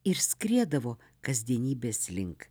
ir skriedavo kasdienybės link